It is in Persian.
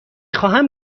خواهم